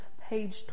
page